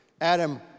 Adam